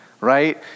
right